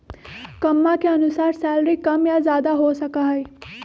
कम्मा के अनुसार सैलरी कम या ज्यादा हो सका हई